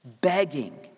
begging